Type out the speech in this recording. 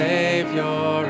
Savior